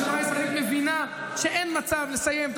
החברה הישראלית מבינה שאין מצב לסיים את